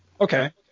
Okay